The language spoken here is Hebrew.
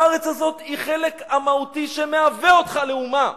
הארץ הזאת היא חלק מהותי שמהווה אותך לאומה.